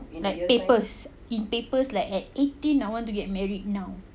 like papers in papers like at eighteen I want to get married now